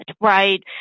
right